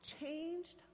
Changed